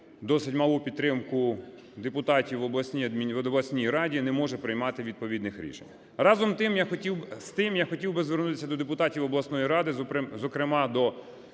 досить малу підтримку депутатів в обласній раді, не може приймати відповідних рішень. Разом з тим, я хотів би звернутися до депутатів обласної ради, зокрема до